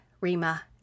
Rima